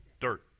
Dirt